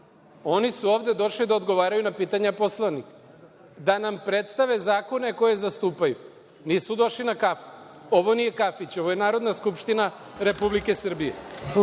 Oni su ovde došli da odgovaraju na pitanja poslanika, da nam predstave zakone koje zastupaju, nisu došli na kafu. Ovo nije kafić, ovo je Narodna skupština Republike Srbije.